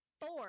four